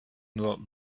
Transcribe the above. nur